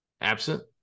absent